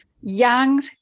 young